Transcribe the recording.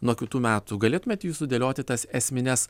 nuo kitų metų galėtumėt jūs sudėlioti tas esmines